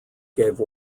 gave